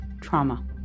trauma